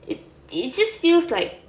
it it just feels like